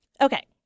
Okay